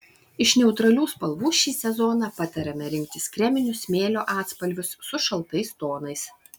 iš neutralių spalvų šį sezoną patariama rinktis kreminius smėlio atspalvius su šaltais tonais